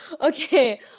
okay